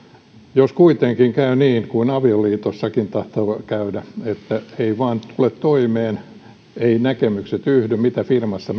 jos kuitenkin käy niin kuin avioliitossakin tahtoo käydä että ei vain tule toimeen eivät näkemykset yhdy miten firmassa